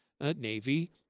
Navy